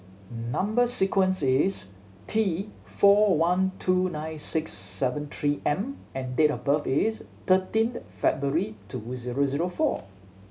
number sequence is T four one two nine six seven Three M and date of birth is thirteenth February two zero zero four